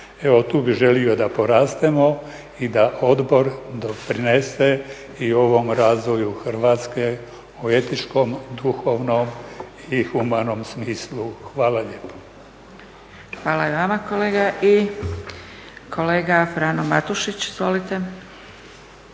Evo tu bih želio da porastemo i da odbor doprinese i ovom razvoju Hrvatske o etičkom, duhovnom i humanom smislu. Hvala lijepo. **Zgrebec, Dragica (SDP)** Hvala i vama kolega. I kolega Frano Matušić, izvolite.